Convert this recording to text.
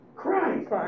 Christ